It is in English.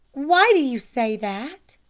why do you say that?